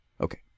Okay